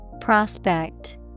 Prospect